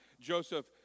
Joseph